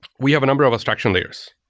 we have a number of abstraction layers.